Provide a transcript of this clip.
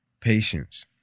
patience